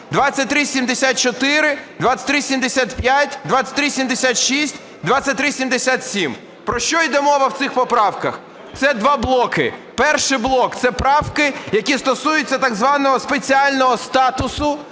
2374, 2375, 2376, 2377. Про що іде мова в цих поправках? Це два блоки. Перший блок – це правки, які стосуються так званого спеціального статусу